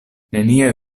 nenia